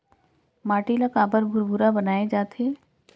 माटी ला काबर भुरभुरा बनाय जाथे?